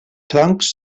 troncs